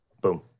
Boom